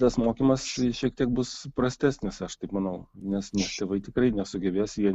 tas mokymas šiek tiek bus prastesnis aš taip manau nes tėvai tikrai nesugebės jie